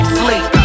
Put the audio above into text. sleep